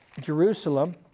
Jerusalem